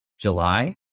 July